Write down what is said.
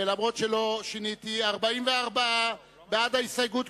ואף-על-פי שלא שיניתי: 44 בעד ההסתייגות,